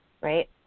right